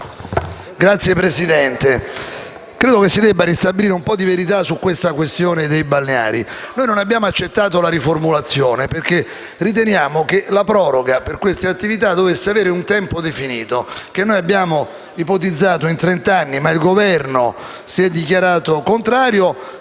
Signora Presidente, credo si debba ristabilire un po' di verità sulla questione dei balneari. Noi non abbiamo accettato la riformulazione, perché riteniamo che la proroga per queste attività debba avere un tempo definito che abbiamo ipotizzato in trent'anni, ma il Governo si è dichiarato contrario,